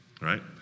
right